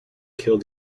kill